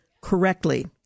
correctly